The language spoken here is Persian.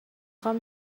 خوام